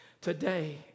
Today